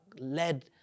led